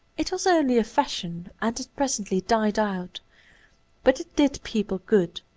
it was only a fashion, and it presently died out but it did people good,